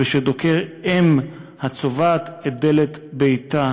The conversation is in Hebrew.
ושדוקר אם הצובעת את דלת ביתה